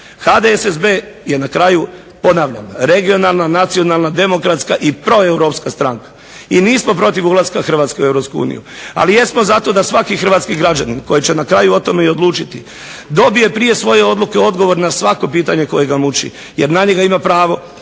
HDSSB je na kraju ponavljam regionalna, nacionalna, demokratska i proeuropska stranka i nismo protiv ulaska Hrvatske u EU, ali jesmo za to da svaki hrvatski građanin koji će na kraju o tome i odlučiti dobije prije svoje odluke odgovor na svako pitanje koje ga muči, jer na njega ima pravo.